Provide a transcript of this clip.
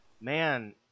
man